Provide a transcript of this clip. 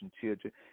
children